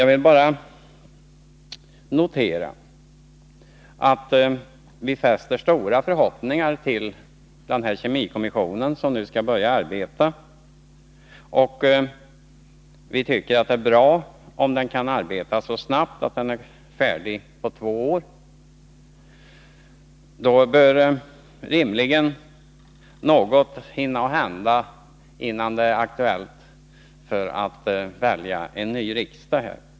Jag noterar endast att man hyser stora förhoppningar när det gäller den kemikommission som skall påbörja sitt arbete. Vi tycker att det vore bra om kommissionen kunde bli färdig med sitt arbete så snart som inom loppet av två år. Då kan rimligen något hinna hända, innan det åter blir aktuellt med val av ny riksdag.